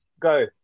Go